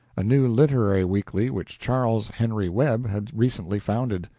a new literary weekly which charles henry webb had recently founded.